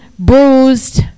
bruised